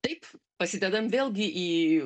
taip pasidedam vėlgi į